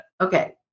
Okay